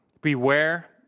Beware